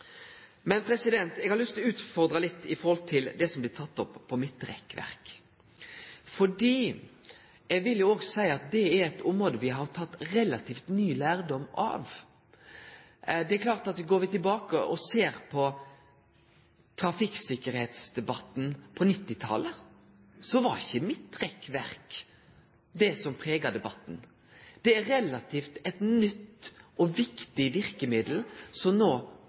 Men eg har lyst til å utfordre litt når det gjeld det som er teke opp om midtrekkverk, for eg vil seie at det er eit område me har teke relativt ny lærdom av. Går me tilbake og ser på trafikktryggleiksdebatten på 1990-talet, var ikkje midtrekkverk det som prega debatten. Det er eit relativt nytt og viktig verkemiddel,